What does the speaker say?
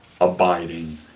abiding